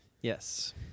Yes